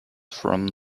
from